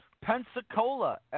Pensacola